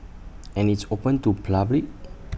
and it's open to public